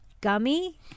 gummy